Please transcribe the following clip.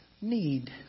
need